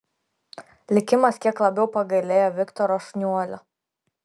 likimas kiek labiau pagailėjo viktoro šniuolio